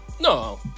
No